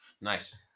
nice